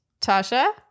Tasha